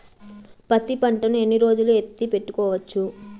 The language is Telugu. పత్తి పంటను ఎన్ని రోజులు ఎత్తి పెట్టుకోవచ్చు?